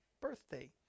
birthday